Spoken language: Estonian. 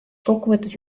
kokkuvõttes